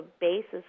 basis